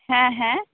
ᱦᱮᱸ ᱦᱮᱸ